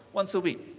once a week.